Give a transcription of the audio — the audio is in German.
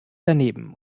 daneben